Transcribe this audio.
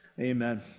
Amen